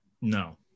No